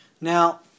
Now